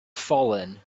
fallen